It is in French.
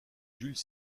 jules